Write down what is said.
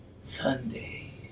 Sunday